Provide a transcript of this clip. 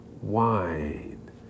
wine